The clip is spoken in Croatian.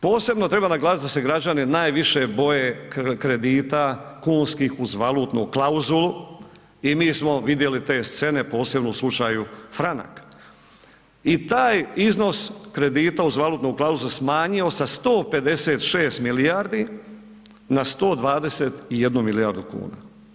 Posebno treba naglasiti da se građani najviše boje kredita kunskih uz valutnu klauzulu i mi smo vidjeli te scene, posebno u slučaju Franak i taj iznos kredita uz valutnu klauzulu smanjio sa 156 milijardi na 121 milijardu kuna.